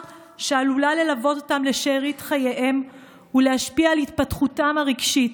שעלולה ללוות אותם לשארית חייהם ולהשפיע על התפתחותם הרגשית.